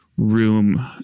room